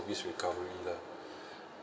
service recovery lah